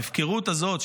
ההפקרות הזאת,